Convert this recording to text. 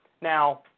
Now